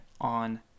on